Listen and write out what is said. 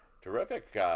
Terrific